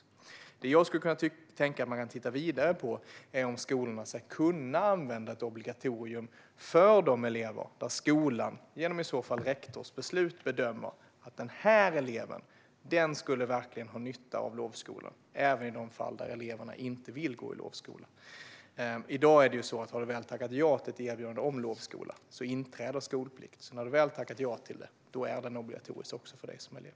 Det som jag skulle kunna tänka mig att man kan titta vidare på är om skolorna ska kunna använda ett obligatorium för de elever som skolan, genom rektors beslut, bedömer verkligen skulle ha nytta av lovskolan även i de fall där eleverna inte vill gå i lovskola. I dag är det så att har du väl tackat ja till ett erbjudande om lovskola inträder skolplikt. När du väl har tackat ja är lovskolan obligatorisk för dig som elev.